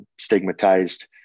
stigmatized